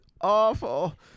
awful